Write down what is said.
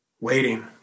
Waiting